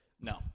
No